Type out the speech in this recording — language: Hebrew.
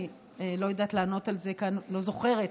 אני לא יודעת לענות על זה כאן, לא זוכרת